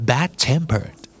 Bad-tempered